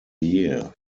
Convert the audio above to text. year